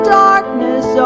darkness